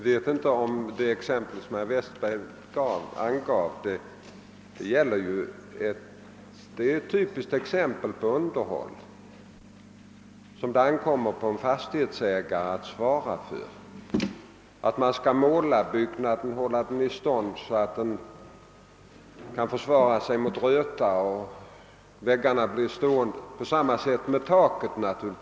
Herr talman! Vad herr Westberg i Ljusdal framhöll är ett typiskt exempel på underhåll som det tillkommer en fastighetsägare att svara för: han skall måla byggnaden, hålla den i stånd så att den kan motstå röta och se till att väggarna blir stående kvar. På samma sätt är det med taket.